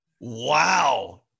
Wow